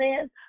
says